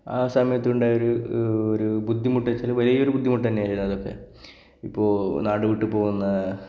ആ സമയത്തുണ്ടായൊരു ഒരു ബുദ്ധിമുട്ട് ഒരു വലിയൊരു ബുദ്ധിമുട്ട് തന്നെയായിരുന്നു അതൊക്കെ ഇപ്പോൾ നാടുവിട്ടു പോകുന്ന